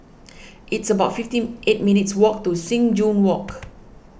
it's about fifty eight minutes' walk to Sing Joo Walk